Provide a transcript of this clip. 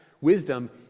wisdom